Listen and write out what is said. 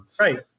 Right